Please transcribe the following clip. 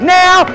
now